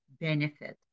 benefit